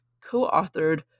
co-authored